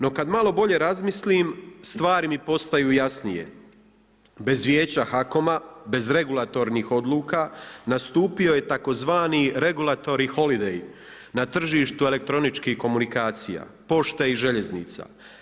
No kada malo bolje razmislim stvari mi postaju jasnije, bez Vijeća HAKOM-a bez regulatornih odluka nastupio je tzv. regulatory holliday na težištu elektroničkih komunikacija, pošta i željeznica.